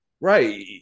Right